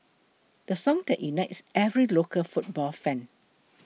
the song that unites every local football fan